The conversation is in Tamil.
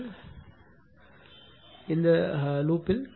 நான் அவ்வாறு செய்தால் இந்த வளையத்தில் கே